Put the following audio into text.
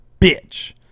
bitch